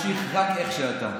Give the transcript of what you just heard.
תמשיך רק איך שאתה.